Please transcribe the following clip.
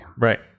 right